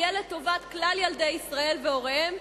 יהיה לטובת כלל ילדי ישראל והוריהם,